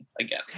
again